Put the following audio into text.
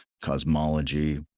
cosmology